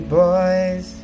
boys